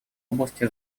области